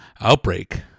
Outbreak